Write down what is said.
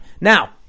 Now